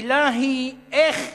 השאלה היא איך